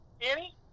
Danny